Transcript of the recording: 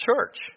church